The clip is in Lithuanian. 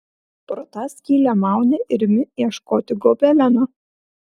pro tą skylę mauni ir imi ieškoti gobeleno